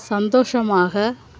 சந்தோஷமாக